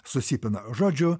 susipina žodžiu